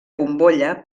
bombolla